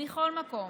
מכל מקום,